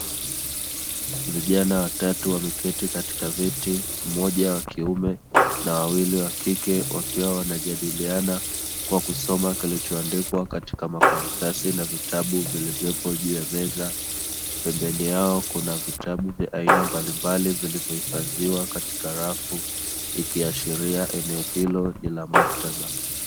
Vijana watatu wameketi katika viti mmoja wakiume na wawili wakike wakiwa wanajadiliana kwa kusoma kilichoandikwa katika makaratasi na vitabu vilivyopo juu ya meza .Pembeni yao kuna vitabu vya aina mbalimbali vilivyohifadhiwa katika rafu ikiashiria eneo hio ni la maktaba.